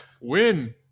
win